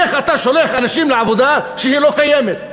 איך אתה שולח אנשים לעבודה שלא קיימת?